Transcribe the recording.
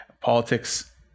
politics